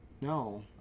No